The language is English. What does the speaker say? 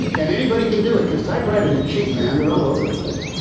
and anybody can do because typewriters a cheap man, they're all over the place.